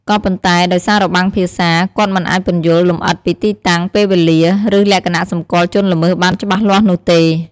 ក៏ប៉ុន្តែដោយសាររបាំងភាសា គាត់មិនអាចពន្យល់លម្អិតពីទីតាំង ពេលវេលា ឬលក្ខណៈសម្គាល់ជនល្មើសបានច្បាស់លាស់នោះទេ។